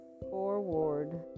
forward